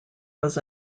was